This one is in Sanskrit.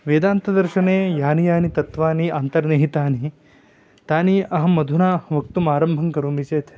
वेदान्तदर्शने यानि यानि तत्वानि अन्तर्निहितानि तानि अहम् अधुना वक्तुमारम्भं करोमि चेत्